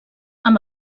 amb